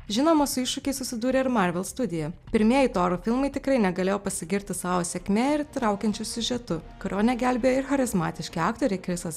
žinoma su iššūkiais susidūrė ir marvel studija pirmieji toro filmai tikrai negalėjo pasigirti savo sėkme ir įtraukiančiu siužetu kurio negelbėjo ir charizmatiški aktoriai krisas